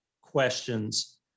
questions